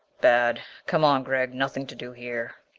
bad. come on, gregg. nothing to do here.